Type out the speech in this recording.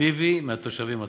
אקטיבי מהתושבים עצמם?